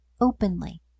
openly